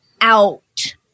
out